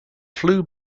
flew